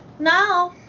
now,